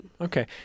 Okay